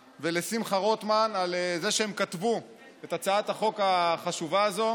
ולשמחה רוטמן על זה שהם כתבו את הצעת החוק החשובה הזאת